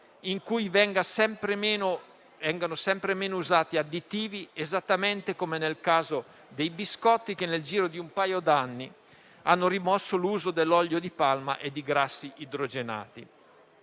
in cui vengano usati sempre meno additivi, esattamente come nel caso dei biscotti che, nel giro di un paio di anni, hanno rimosso l'uso dell'olio di palma e di grassi idrogenati.